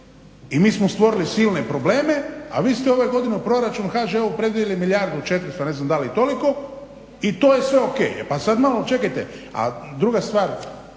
i mi smo stvorili silne probleme, a vi ste ove godine u proračunu HŽ-u predvidjeli milijardu i 400 ne znam da li i toliko i to je sve o.k. E pa sad malo čekajte, a druga stvar